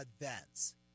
advance